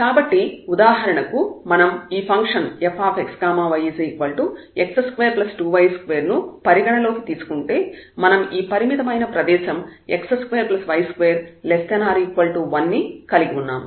కాబట్టి ఉదాహరణకు మనం ఈ ఫంక్షన్ fxyx22y2 ను పరిగణలోకి తీసుకుంటే మనం ఈ పరిమితమైన ప్రదేశం x2y2≤1 ని కలిగి ఉన్నాము